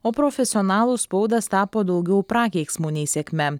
o profesionalų spaudas tapo daugiau prakeiksmu nei sėkme